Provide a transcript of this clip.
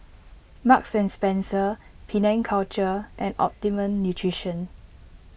Marks and Spencer Penang Culture and Optimum Nutrition